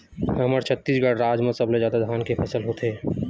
हमर छत्तीसगढ़ राज म सबले जादा धान के फसल होथे